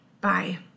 bye